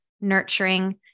nurturing